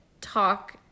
talk